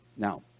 Now